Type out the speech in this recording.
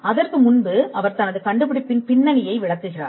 அதற்கு முன்பு அவர் தனது கண்டுபிடிப்பின் பின்னணியை விளக்குகிறார்